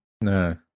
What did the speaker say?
No